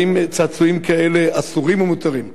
האם צעצועים כאלה אסורים או מותרים?